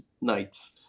nights